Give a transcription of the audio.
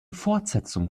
fortsetzung